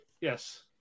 Yes